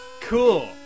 Cool